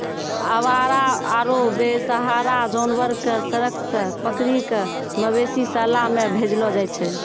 आवारा आरो बेसहारा जानवर कॅ सड़क सॅ पकड़ी कॅ मवेशी शाला मॅ भेजलो जाय छै